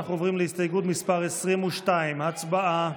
אנחנו עוברים להסתייגות מס' 22. הצבעה.